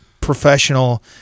professional